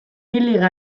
liga